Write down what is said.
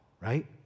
Right